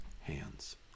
hands